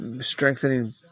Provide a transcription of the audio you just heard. strengthening